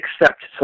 accept